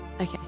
Okay